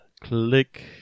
click